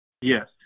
Yes